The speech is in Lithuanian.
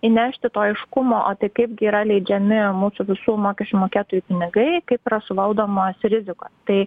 įnešti to aiškumo o tai kaipgi yra leidžiami mūsų visų mokesčių mokėtojų pinigai kaip yra suvaldomos riziko tai